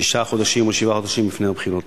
שישה חודשים או שבעה חודשים לפני הבחירות.